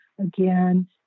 again